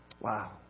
Wow